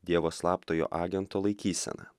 dievo slaptojo agento laikysena